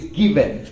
given